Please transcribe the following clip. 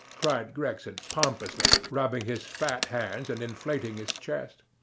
cried gregson, pompously, rubbing his fat hands and inflating his chest.